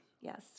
Yes